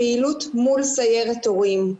סיירת הורים.